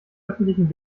öffentlichen